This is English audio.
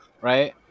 right